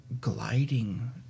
gliding